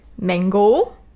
mango